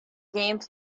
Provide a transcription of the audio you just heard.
game